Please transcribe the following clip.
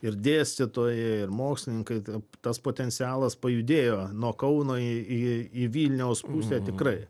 ir dėstytojai ir mokslininkai taip tas potencialas pajudėjo nuo kauno į į į vilniaus pusę tikrai